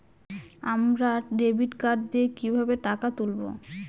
আমরা debit card দিয়ে কিভাবে টাকা তুলবো?